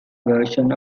version